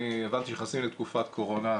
הבנתי שנכנסים לתקופה קורונה,